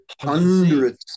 Hundreds